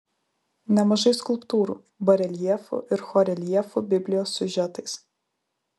nemažai skulptūrų bareljefų ir horeljefų biblijos siužetais